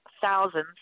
thousands